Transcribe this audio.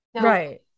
Right